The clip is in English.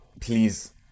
please